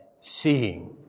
seeing